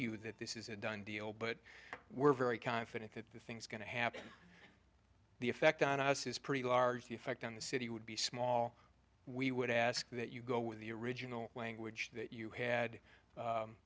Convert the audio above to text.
you that this is a done deal but we're very confident that the thing's going to happen the effect on us is pretty large the effect on the city would be small we would ask that you go with the original language that you had